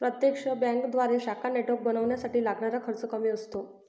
प्रत्यक्ष बँकेद्वारे शाखा नेटवर्क बनवण्यासाठी लागणारा खर्च कमी असतो